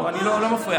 אני לא מפריע.